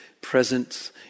presence